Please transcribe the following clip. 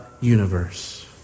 universe